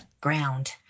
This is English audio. ground